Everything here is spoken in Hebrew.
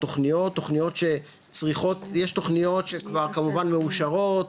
לתוכניות, יש תוכניות שכמובן מאושרות.